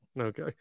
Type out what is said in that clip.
Okay